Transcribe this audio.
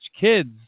Kids